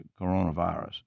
coronavirus